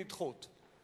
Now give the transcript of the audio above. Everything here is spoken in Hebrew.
נדחות.